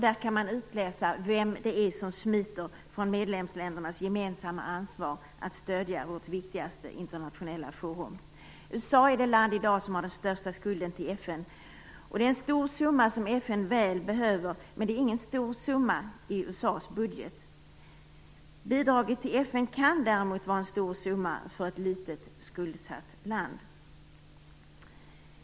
Där kan man utläsa vem som smiter från medlemsländernas gemensamma ansvar, att stödja vårt viktigaste internationella forum. USA är i dag det land som har den största skulden till FN, och det är en stor summa, som FN väl behöver, men det är ingen stor summa i USA:s budget. Bidraget till FN kan däremot vara en stor summa för ett litet, skuldsatt land.